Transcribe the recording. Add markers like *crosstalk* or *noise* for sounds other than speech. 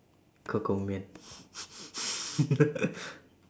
ke kou mian *laughs*